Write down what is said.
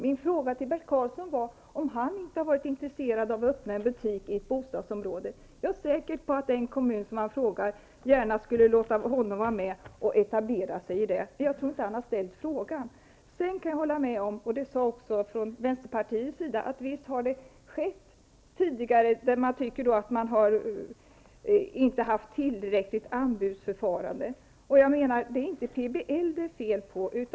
Min fråga till Bert Karlsson var om han inte har varit intresserad av att öppna en butik i ett bostadsområde. Jag är säker på att den kommun som han frågar gärna skulle låta honom etablera sig. Jag tror inte att han har ställt den frågan. Jag håller med om att det tidigare har förekommit att man inte har haft ett tillräckligt anbudsförfarande. Det sades också från vänsterpartiets sida. Det är inte PBL det är fel på.